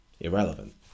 irrelevant